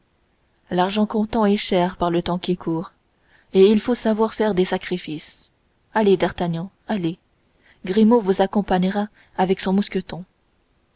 l'argent comptant est cher par le temps qui court et il faut savoir faire des sacrifices allez d'artagnan allez grimaud vous accompagnera avec son mousqueton